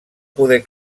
poder